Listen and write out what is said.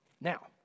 now